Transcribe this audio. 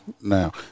now